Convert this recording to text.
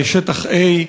שטחA ,